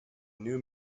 new